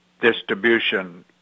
distribution